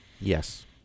Yes